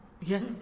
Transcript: yes